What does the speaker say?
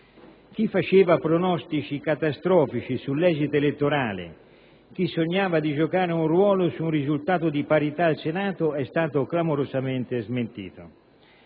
Chi faceva pronostici catastrofici sull'esito elettorale, chi sognava di giocare un ruolo su un risultato di parità al Senato è stato clamorosamente smentito.